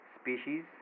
species